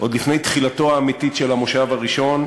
עוד לפני תחילתו האמיתית של המושב הראשון,